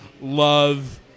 Love